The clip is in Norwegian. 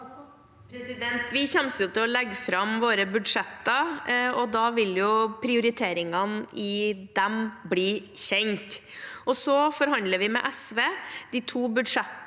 Vi kommer til å legge fram våre budsjetter, og da vil prioriteringene der bli kjent. Så forhandler vi med SV. De to budsjettene